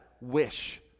wish